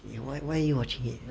why why are you watching it